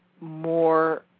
more